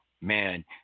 man